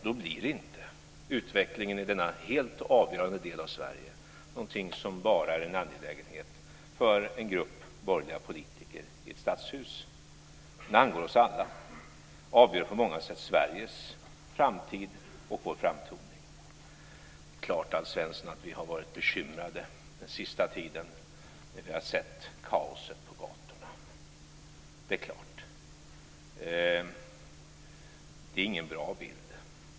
Då blir inte utvecklingen i denna helt avgörande del av Sverige någonting som bara är en angelägenhet för en grupp borgerliga politiker i ett stadshus. Det angår oss alla och avgör på många sätt Sveriges framtid och vår framtoning. Det är klart att vi har varit bekymrade den senaste tiden, Alf Svensson, när vi har sett kaoset på gatorna. Det är ingen bra bild.